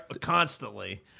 constantly